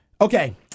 Okay